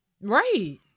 Right